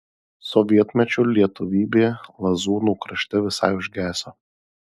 sovietmečiu lietuvybė lazūnų krašte visai užgeso